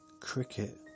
Cricket